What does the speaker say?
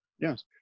yes